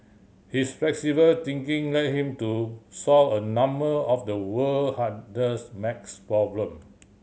his flexible thinking led him to solve a number of the world hardest max problem